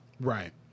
Right